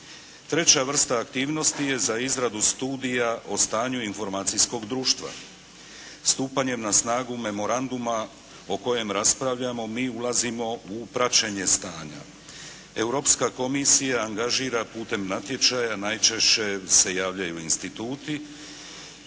Treća vrsta aktivnosti je za izradu studija o stanju informacijskog društva. Stupanjem na snagu memoranduma o kojem raspravljamo, mi ulazimo u praćenje stanja. Europska komisija angažira putem natječaja najčešće se javljaju instituti